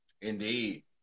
Indeed